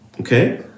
okay